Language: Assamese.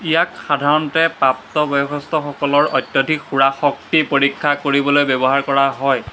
ইয়াক সাধাৰণতে প্ৰাপ্তবয়সস্থসকলৰ অত্যধিক সুৰাশক্তি পৰীক্ষা কৰিবলৈ ব্যৱহাৰ কৰা হয়